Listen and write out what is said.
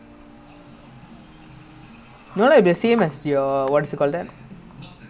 ya and I also I don't know how because COVID I think they will serve you with instead of taking ah